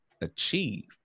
achieve